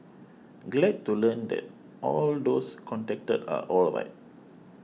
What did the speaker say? glad to learn that all those contacted are alright